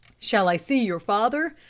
shall i see your father?